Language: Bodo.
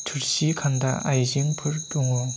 थुरसि खान्दा आइजेंफोर दङ